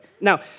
Now